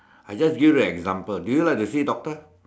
I just give you an example do you like to see doctor